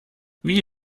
wie